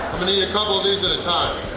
i'm gonna eat a couple of these at a time.